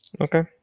Okay